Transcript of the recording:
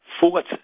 fourth